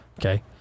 Okay